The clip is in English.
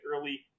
early